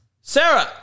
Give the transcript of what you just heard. Sarah